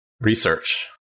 Research